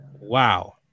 Wow